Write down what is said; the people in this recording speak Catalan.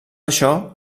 això